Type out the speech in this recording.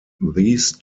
these